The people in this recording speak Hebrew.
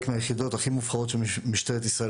מהיחידות הכי מובחרות של משטרת ישראל.